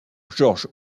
georges